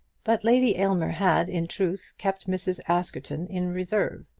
but lady aylmer had, in truth, kept mrs. askerton in reserve,